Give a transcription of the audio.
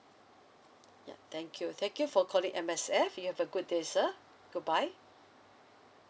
yeah thank you thank you for calling M_S_F you have a good day sir goodbye